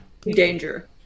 Danger